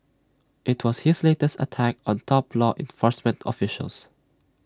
IT was his latest attack on top law enforcement officials